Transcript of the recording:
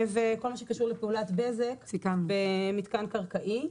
וכל מה שקשור לפעולת בזק במתקן קרקעי.